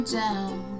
down